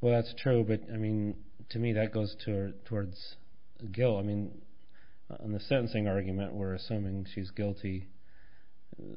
well that's true but i mean to me that goes to her towards joe i mean in the sensing argument we're assuming she's guilty